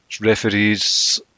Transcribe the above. referees